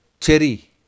Cherry